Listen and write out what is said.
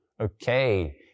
okay